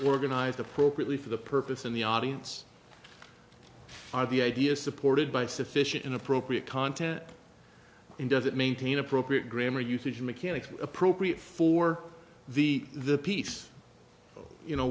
organized appropriately for the purpose and the audience are the ideas supported by sufficient inappropriate content and does it maintain appropriate grammar usage mechanics appropriate for the the piece you know